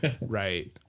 right